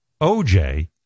OJ